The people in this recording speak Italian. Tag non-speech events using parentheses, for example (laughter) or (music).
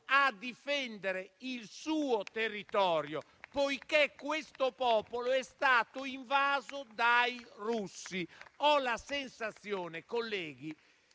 a difendere il suo territorio, poiché questo popolo è stato invaso dai russi. (applause) Ho la sensazione, colleghi,